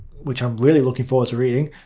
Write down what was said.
which i'm really looking forward to reading.